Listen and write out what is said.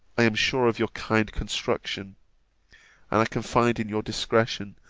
i am sure of your kind construction and i confide in your discretion,